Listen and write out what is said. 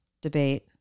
debate